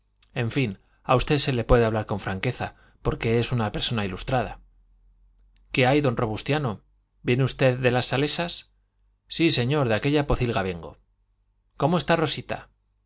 en fin a usted se le puede hablar con franqueza porque es una persona ilustrada qué hay don robustiano viene usted de las salesas sí señor de aquella pocilga vengo cómo está rosita